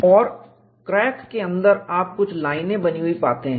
और क्रैक के अंदर आप कुछ लाइनें बनी हुई पाते हैं